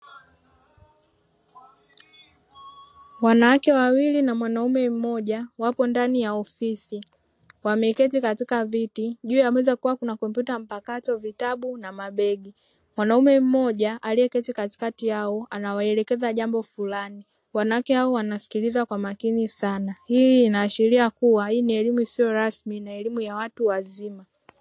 Wanawake wawili na mwanaume mmoja wapo ndani ya ofisi. Wamekaa katika viti, juu ya meza kuna kompyuta mpakato, vitabu na mabegi. Mwanaume mmoja aliyeketi katikati yao anawaelekeza jambo fulani. Wanawake hawa wanasikiliza kwa makini sana. Hii inaashiria kuwa hii ni elimu isiyo rasmi na elimu ya watu wazima.